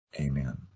Amen